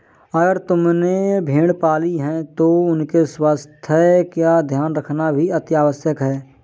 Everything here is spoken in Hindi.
अगर तुमने भेड़ें पाली हैं तो उनके स्वास्थ्य का ध्यान रखना भी अतिआवश्यक है